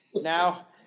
Now